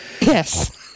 Yes